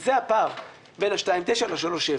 וזה הפער בין ה-2.9 ל-3.7.